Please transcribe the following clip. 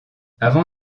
avant